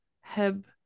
heb